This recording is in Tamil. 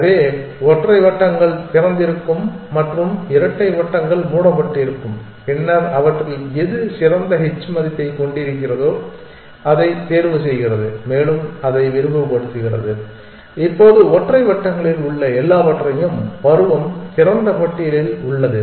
எனவே ஒற்றை வட்டங்கள் திறந்திருக்கும் மற்றும் இரட்டை வட்டங்கள் மூடப்பட்டிருக்கும் பின்னர் அவற்றில் எது சிறந்த h மதிப்பைக் கொண்டிருக்கிறதோ அதைத் தேர்வுசெய்கிறது மேலும் அதை விரிவுபடுத்துகிறது இப்போது ஒற்றை வட்டங்களில் உள்ள எல்லாவற்றையும் பருவம் திறந்த பட்டியலில் உள்ளது